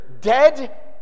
dead